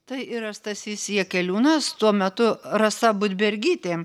tai yra stasys jakeliūnas tuo metu rasa budbergytė